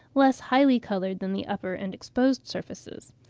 less highly-coloured than the upper and exposed surfaces.